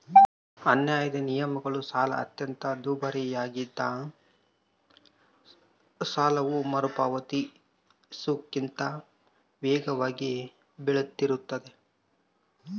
ಅನ್ಯಾಯದ ನಿಯಮಗಳು ಸಾಲ ಅತ್ಯಂತ ದುಬಾರಿಯಾಗಿಸ್ತದ ಸಾಲವು ಮರುಪಾವತಿಸುವುದಕ್ಕಿಂತ ವೇಗವಾಗಿ ಬೆಳಿತಿರ್ತಾದ